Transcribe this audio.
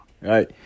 right